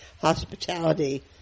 hospitality